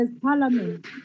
parliament